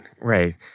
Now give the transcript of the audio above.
Right